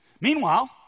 Meanwhile